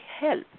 help